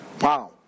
Wow